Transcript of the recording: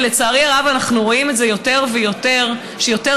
לצערי הרב אנחנו רואים את זה יותר ויותר שיותר